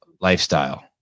lifestyle